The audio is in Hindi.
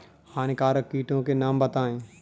हानिकारक कीटों के नाम बताएँ?